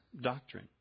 doctrine